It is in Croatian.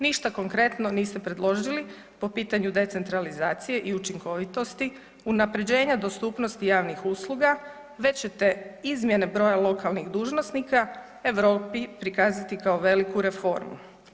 Ništa konkretno niste predložili po pitanju decentralizacije i učinkovitosti, unapređenja dostupnosti javnih usluga, već ćete izmjene broja lokalnih dužnosnika Europi prikazati kao veliku reformu.